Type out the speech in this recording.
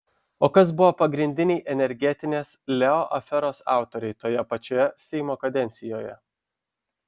o kas buvo pagrindiniai energetinės leo aferos autoriai toje pačioje seimo kadencijoje